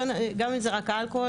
גם אם זה רק אלכוהול,